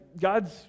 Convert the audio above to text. God's